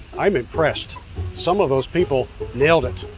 i'm impressed some of those people nailed it.